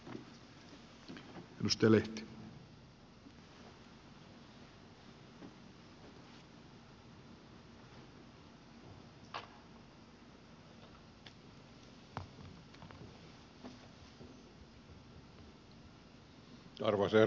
arvoisa herra puhemies